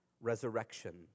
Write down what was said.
resurrection